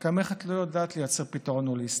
כי המערכת לא יודעת לייצר פתרון הוליסטי.